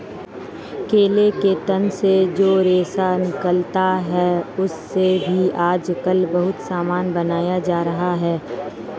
केला के तना से जो रेशा निकलता है, उससे भी आजकल बहुत सामान बनाया जा रहा है